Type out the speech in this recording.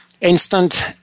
Instant